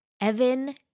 Evan